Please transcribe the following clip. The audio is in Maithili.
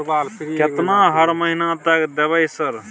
केतना हर महीना तक देबय सर?